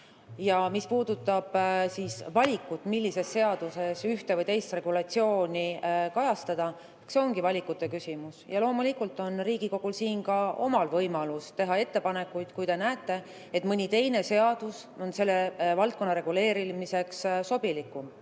Ja mis puudutab valikut, millises seaduses ühte või teist regulatsiooni kajastada – eks see ongi valikute küsimus. Loomulikult on ka Riigikogul siin võimalus teha ettepanekuid, kui te näete, et mõni teine seadus on selle valdkonna reguleerimiseks sobilikum.